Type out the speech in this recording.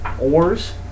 ores